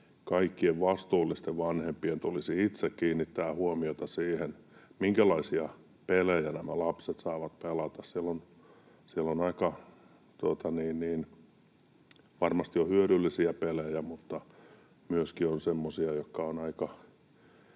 kyllä kaikkien vastuullisten vanhempien tulisi itse kiinnittää huomiota siihen, minkälaisia pelejä nämä lapset saavat pelata. Siellä on varmasti hyödyllisiä pelejä, mutta myöskin on semmoisia, jotka ovat